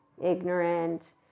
ignorant